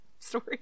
story